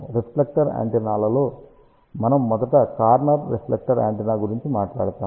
reflector యాంటెన్నాల్లో మనం మొదట కార్నర్ రిఫ్లెక్టర్ యాంటెన్నా గురించి మాట్లాడతాము